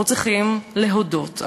אנחנו צריכים להודות.